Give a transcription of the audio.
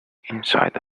inside